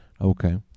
Okay